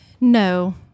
no